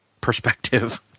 perspective